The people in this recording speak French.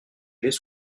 les